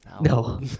No